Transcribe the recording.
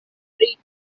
pri